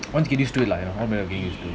once you get used to it lah of getting used to it